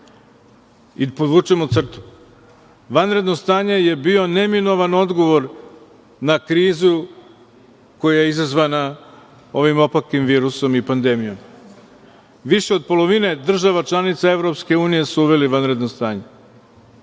i podvučemo crtu, vanredno stanje je bio neminovan odgovor na krizu koja je izazvana ovim opakim virusom i pandemijom. Više od polovine država članica EU su uvele vanredno stanje. Isto